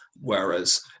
Whereas